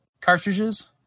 cartridges